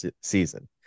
season